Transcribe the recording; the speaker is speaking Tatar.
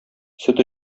сөт